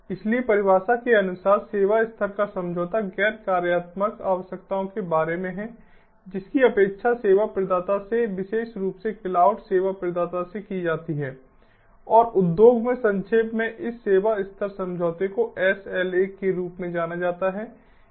इसलिए परिभाषा के अनुसार सेवा स्तर का समझौता गैर कार्यात्मक आवश्यकताओं के बारे में है जिसकी अपेक्षा सेवा प्रदाता से विशेष रूप से क्लाउड सेवा प्रदाता से की जाती है और उद्योग में संक्षेप में इस सेवा स्तर समझौते को SLA के रूप में जाना जाता है